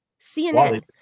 CNN